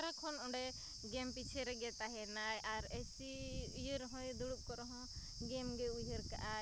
ᱥᱟᱨᱟᱠᱷᱚᱱ ᱚᱸᱰᱮ ᱜᱮᱢ ᱯᱤᱪᱷᱮ ᱨᱮᱜᱮ ᱛᱟᱦᱮᱱᱟᱭ ᱟᱨ ᱮᱭᱥᱤ ᱤᱭᱟᱹ ᱨᱮᱦᱚᱸᱭ ᱫᱩᱲᱩᱵᱠᱚᱜ ᱨᱮᱦᱚᱸ ᱜᱮᱢᱜᱮ ᱩᱭᱦᱟᱹᱨᱠᱟᱜᱼᱟᱭ